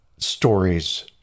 stories